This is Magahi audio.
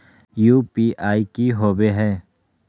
यू.पी.आई की होवे हय?